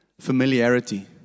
Familiarity